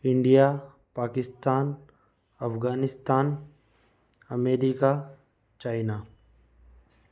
India Pakistan Afghanistan America China